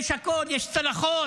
יש הכול, יש צלחות.